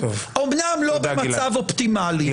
אומנם לא במצב אופטימלי -- תודה,